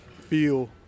feel